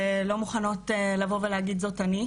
ולא מוכנות להגיד זאת אני.